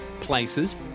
places